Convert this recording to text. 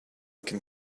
can